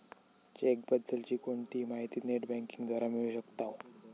check बद्दल ची कोणतीही माहिती नेट बँकिंग द्वारा मिळू शकताव